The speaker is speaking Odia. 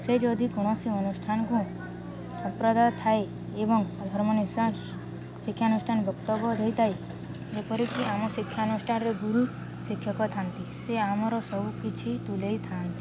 ସେ ଯଦି କୌଣସି ଅନୁଷ୍ଠାନକୁ ସମ୍ପ୍ରଦାୟ ଥାଏ ଏବଂ ଧର୍ମ ନିଶା ଶିକ୍ଷାନୁଷ୍ଠାନ ବକ୍ତବ ଦେଇଥାଏ ଯେପରିକି ଆମ ଶିକ୍ଷାନୁଷ୍ଠାନରେ ଗୁରୁ ଶିକ୍ଷକ ଥାନ୍ତି ସେ ଆମର ସବୁକିଛି ତୁଲେଇଥାନ୍ତି